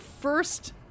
first